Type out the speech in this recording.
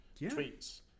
tweets